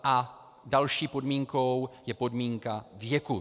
A další podmínkou je podmínka věku.